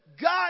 God